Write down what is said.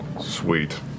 Sweet